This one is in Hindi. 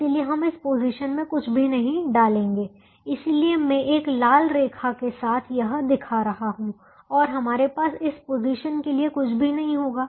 इसलिए हम इस पोजीशन में कुछ भी नहीं डालेंगे इसलिए मैं एक लाल रेखा के साथ यह दिखा रहा हूं और हमारे पास इस पोजीशन के लिए कुछ भी नहीं होगा